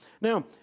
Now